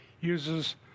uses